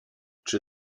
czy